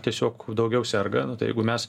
tiesiog daugiau serga nu tai jeigu mes